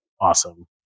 awesome